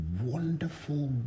wonderful